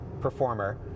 performer